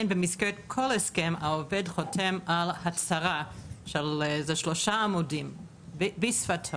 במסגרת כל הסכם העובד חותם על הצהרה של אזור השלושה עמודים בשפתו.